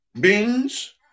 Beans